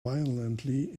violently